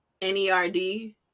NERD